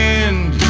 end